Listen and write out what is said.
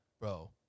Bro